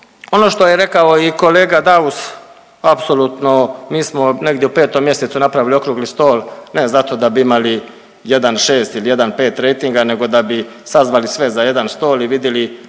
ono što je rekao i kolega Daus, apsolutno, mi smo negdje u 5. mj. napravili okrugli stol ne zato da bi imali 1,6 ili 1,5 rejtinga nego da bi sazvali sve za jedan stol i vidjeli